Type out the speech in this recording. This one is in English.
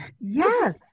Yes